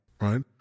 right